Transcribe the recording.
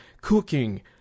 cooking